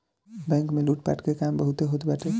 bank में लूटपाट के काम बहुते होत बाटे